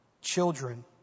Children